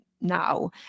now